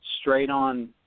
straight-on